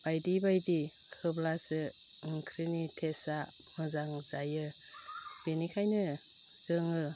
बायदि बायदि होब्लासो ओंख्रिनि टेस्टआ मोजां जायो बेनिखायनो जोङो